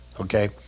okay